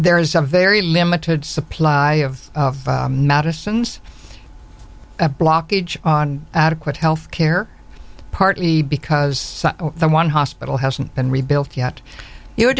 there is a very limited supply of medicines a blockage on adequate health care partly because the one hospital hasn't been rebuilt yet you